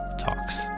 Talks